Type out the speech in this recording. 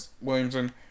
Williamson